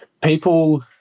People